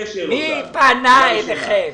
מי פנה אליכם?